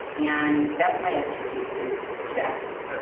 and that's my expertise, is the steps.